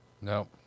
no